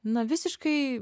na visiškai